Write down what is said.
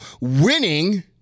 winning